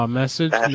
message